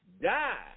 die